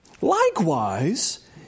Likewise